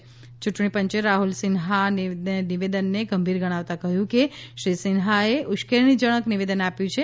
યૂંટણી પંચે રાહુલ સિંહાના નિવેદનને ગંભીર ગણાવતાં કહ્યું છે કે શ્રી સિંહાએ ઉશ્કેરણીજનક નિવેદન આપ્યું છે